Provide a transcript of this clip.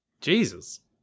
Jesus